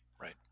Right